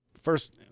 first